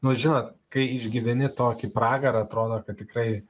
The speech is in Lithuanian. nu žinot kai išgyveni tokį pragarą atrodo kad tikrai